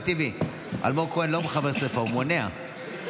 הוא מונע.